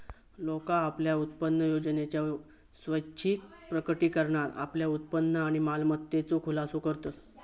लोका आपल्या उत्पन्नयोजनेच्या स्वैच्छिक प्रकटीकरणात आपल्या उत्पन्न आणि मालमत्तेचो खुलासो करतत